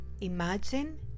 Imagine